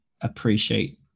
appreciate